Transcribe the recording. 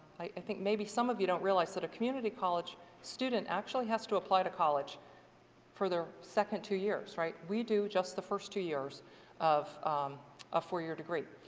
i think maybe some of you don't realize that a community college student actually has to apply to college for their second two years, right? we do just the first two years of a four year degree.